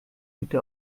bitte